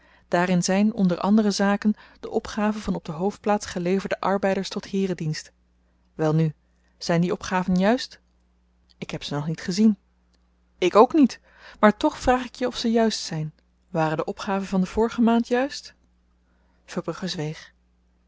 daarin zyn onder andere zaken de opgaven van op de hoofdplaats geleverde arbeiders tot heeredienst welnu zyn die opgaven juist ik heb ze nog niet gezien ik ook niet maar toch vraag ik je of ze juist zyn waren de opgaven van de vorige maand juist verbrugge zweeg